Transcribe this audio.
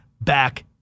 back